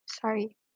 sorry